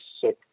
sick